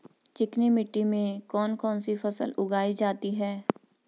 चिकनी मिट्टी में कौन कौन सी फसल उगाई जाती है?